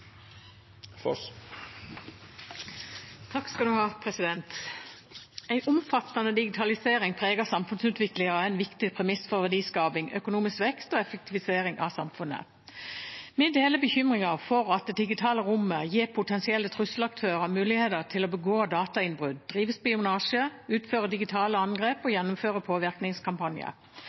omfattende digitalisering preger samfunnsutviklingen og er en viktig premiss for verdiskaping, økonomisk vekst og effektivisering av samfunnet. Vi deler bekymringen for at det digitale rommet gir potensielle trusselaktører muligheter til å begå datainnbrudd, drive spionasje, utføre digitale angrep